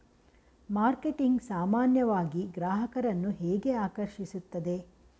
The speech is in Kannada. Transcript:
ಮಾರ್ಕೆಟಿಂಗ್ ಸಾಮಾನ್ಯವಾಗಿ ಗ್ರಾಹಕರನ್ನು ಹೇಗೆ ಆಕರ್ಷಿಸುತ್ತದೆ?